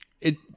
it